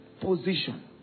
position